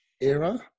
era